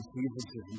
Jesus